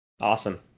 Awesome